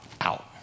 out